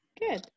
Good